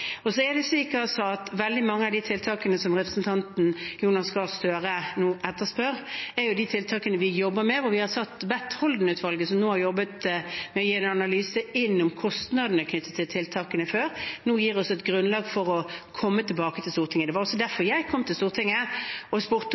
Veldig mange av de tiltakene som representanten Jonas Gahr Støre nå etterspør, er jo de tiltakene vi jobber med, og vi har bedt Holden-utvalget, som nå har jobbet med å gi en analyse av om kostnadene knyttet til tiltakene før, nå gir oss et grunnlag for å komme tilbake til Stortinget. Det var også derfor jeg kom til Stortinget og spurte